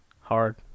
Hard